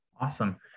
Awesome